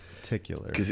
particular